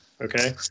Okay